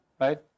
Right